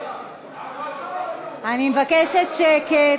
אני מבקשת שקט.